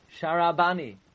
Sharabani